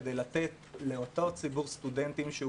כדי לתת לאותו ציבור סטודנטים,